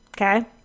Okay